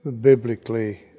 biblically